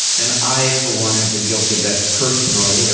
and i for one have been guilty of that personally, you know